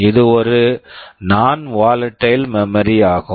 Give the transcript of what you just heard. இது ஒரு non volatile memory non volatile memory ஆகும்